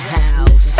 house